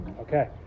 Okay